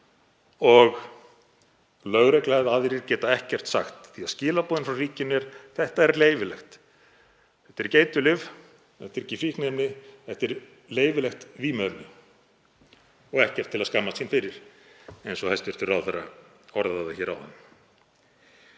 og lögregla eða aðrir geta ekkert sagt því að skilaboðin frá ríkinu eru: Þetta er leyfilegt. Þetta er ekki eiturlyf, þetta er ekki fíkniefni, þetta er leyfilegt vímuefni og ekkert til að skammast sín fyrir, eins og hæstv. ráðherra orðaði það hér áðan.